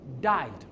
died